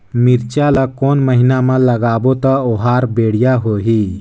मिरचा ला कोन महीना मा लगाबो ता ओहार बेडिया होही?